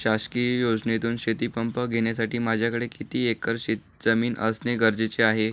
शासकीय योजनेतून शेतीपंप घेण्यासाठी माझ्याकडे किती एकर शेतजमीन असणे गरजेचे आहे?